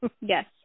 Yes